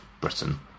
Britain